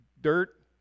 dirt